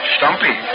Stumpy